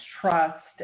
trust